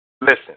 Listen